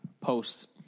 Post